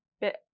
bit